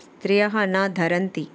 स्त्रियः न धरन्ति